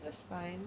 that's fine